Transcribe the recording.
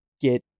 get